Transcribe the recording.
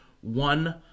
one